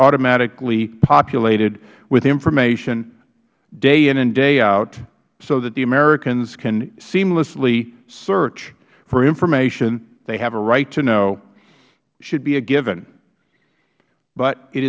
automatically populated with information day in and day out so that americans seamlessly search for information they have a right to know should be a given but it